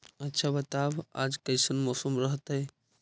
आच्छा बताब आज कैसन मौसम रहतैय?